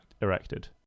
erected